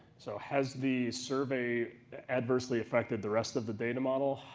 so has the survey adversely affected the rest of the data model?